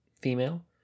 female